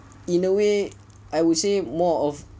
in a way I would say more of